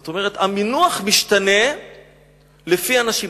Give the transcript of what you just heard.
זאת אומרת, המינוח משתנה לפי האנשים.